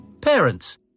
Parents